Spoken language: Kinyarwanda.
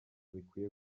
bikwiye